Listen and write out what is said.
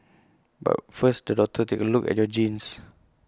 but first the doctor takes A look at your genes